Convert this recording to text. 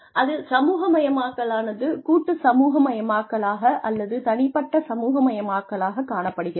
அதில் சமூகமயமாக்கலானது கூட்டு சமூகமயமாக்கலாக அல்லது தனிப்பட்ட சமூகமயமாக்கலாக காணப்படுகிறது